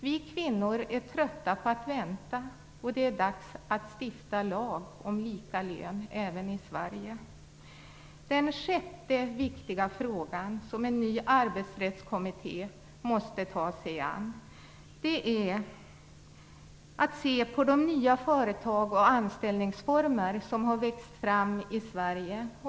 Vi kvinnor är trötta på att vänta, och det är dags att stifta lag om lika lön även i Sverige. Den sjätte viktiga fråga som en ny arbetsrättskommitté måste ta sig an är att se på de nya företags och anställningsformer som har växt fram i Sverige.